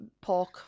pork